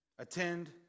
Attend